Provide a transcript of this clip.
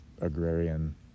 agrarian